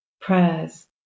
prayers